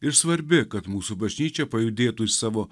ir svarbi kad mūsų bažnyčia pajudėtų iš savo